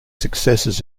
successes